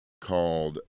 called